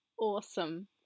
Awesome